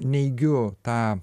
neigiu tą